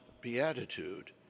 Beatitude